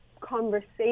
conversation